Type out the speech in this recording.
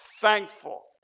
thankful